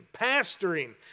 pastoring